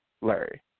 Larry